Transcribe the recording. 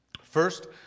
First